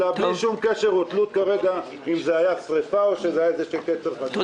מאיפה יבוא ואיך יבוא ומה יבוא אני